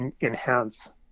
enhance